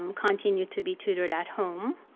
um continued to be tutored at home.